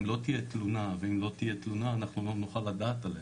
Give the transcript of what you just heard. אם לא תהיה תלונה ואם לא תהיה תלונה אנחנו לא נוכל לדעת עליה,